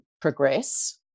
progress